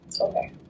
Okay